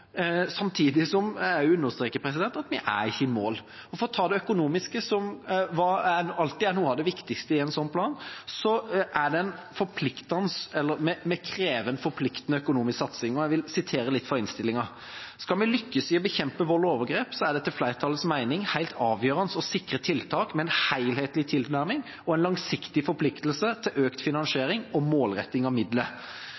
Samtidig vil jeg understreke at vi er ikke i mål. For å ta det økonomiske, som alltid er noe av det viktigste i en slik plan: Vi krever en forpliktende økonomisk satsing. Jeg vil sitere litt fra innstillingen: «Skal man lykkes i å bekjempe vold og overgrep, er det etter flertallets mening helt avgjørende å sikre tiltak med en helhetlig tilnærming og en langsiktig forpliktelse til økt